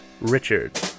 Richard